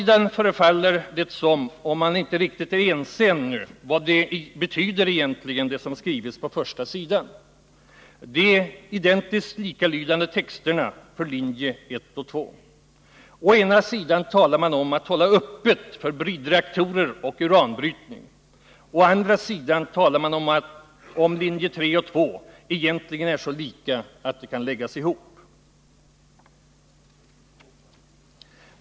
Det förefaller som om man på ja-sidan inte är riktigt ense om betydelsen av vad som har skrivits på första sidan, de identiskt likalydande texterna för linjerna 1 och 2. Å ena sidan talar man om att hålla öppet för bridreaktorer och uranbrytning, å andra sidan säger man att linjerna 1 och 2 egentligen är så lika att de kan läggas ihop.